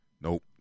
Nope